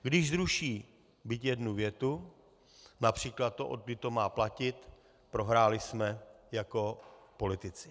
Když zruší byť jednu větu, například to, odkdy to má platit, prohráli jsme jako politici.